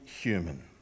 human